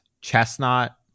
chestnut